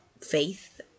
Faith